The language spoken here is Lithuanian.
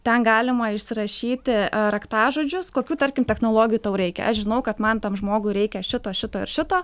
ten galima išsirašyti raktažodžius kokių tarkim technologijų tau reikia aš žinau kad man tam žmogui reikia šito šito ir šito